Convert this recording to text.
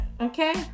Okay